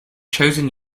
chosen